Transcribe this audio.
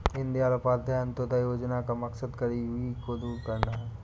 दीनदयाल उपाध्याय अंत्योदय योजना का मकसद गरीबी को दूर करना है